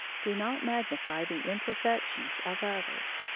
do not magnify the imperfections of others.